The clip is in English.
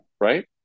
Right